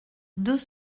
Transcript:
deux